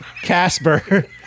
Casper